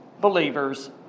believers